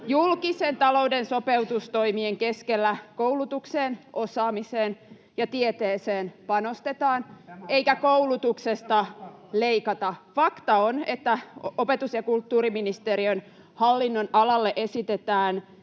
Julkisen talouden sopeutustoimien keskellä koulutukseen, osaamiseen ja tieteeseen panostetaan eikä koulutuksesta leikata. [Ben Zyskowicz: Tämä on fakta!] Fakta on, että opetus- ja kulttuuriministeriön hallinnonalalle esitetään